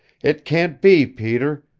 it can't be, peter.